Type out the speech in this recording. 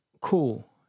Cool